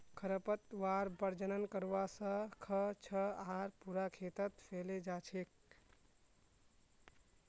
खरपतवार प्रजनन करवा स ख छ आर पूरा खेतत फैले जा छेक